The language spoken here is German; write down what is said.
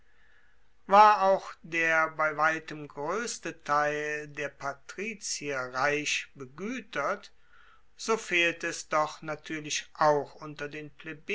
war auch der bei weitem groesste teil der patrizier reich beguetert so fehlte es doch natuerlich auch unter den